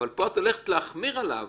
-- אבל פה את הולכת להחמיר עליו